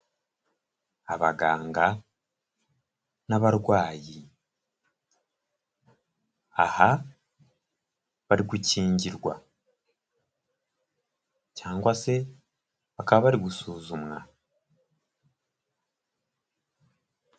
Abaganga n'abarwayi aha bari gukingirwa cyangwa se bakaba bari gusuzumwa.